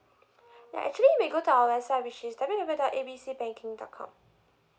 ya actually you may go to our website which is W W W dot A B C banking dot com